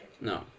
No